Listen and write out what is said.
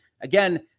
Again